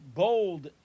bold